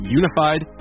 unified